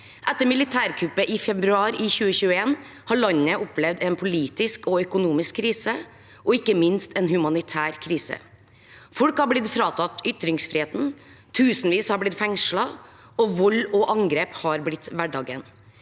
Etter militærkuppet i februar 2021 har landet opplevd en politisk og økonomisk krise og ikke minst en humanitær krise. Folk har blitt fratatt ytringsfriheten, tusenvis har blitt fengslet, og vold og angrep har blitt hverdagen.